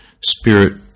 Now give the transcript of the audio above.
Spirit